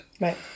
right